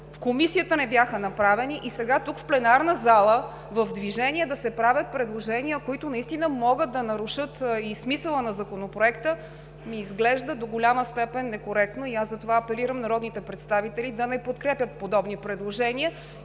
Комисията не бяха направени и сега тук, в пленарната зала в движение да се правят предложения, които наистина могат да нарушат и смисъла на Законопроекта, ми изглежда до голяма степен некоректно и аз затова апелирам народните представители да не подкрепят подобни предложения